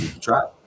try